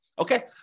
Okay